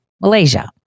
Malaysia